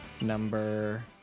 number